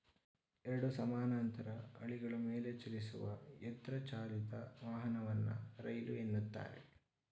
ಎರಡು ಸಮಾನಾಂತರ ಹಳಿಗಳ ಮೇಲೆಚಲಿಸುವ ಯಂತ್ರ ಚಾಲಿತ ವಾಹನವನ್ನ ರೈಲು ಎನ್ನುತ್ತಾರೆ